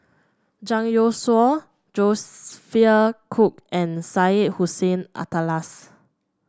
Zhang Youshuo Cooke and Syed Hussein Alatas